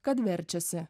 kad verčiasi